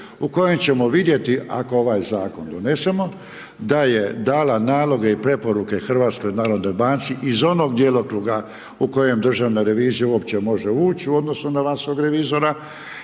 u kojem ćemo vidjeti, ako ovaj zakon donesemo, da je dala naloge i preporuke HNB-u iz onog djelokruga u kojem državna revizija uopće može ući u odnosu na vanjskog revizora